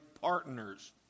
partners